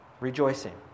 rejoicing